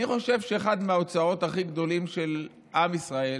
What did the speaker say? אני חושב שאחד האוצרות הכי הגדולים של עם ישראל